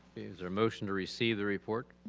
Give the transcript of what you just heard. is there motion to receive the report?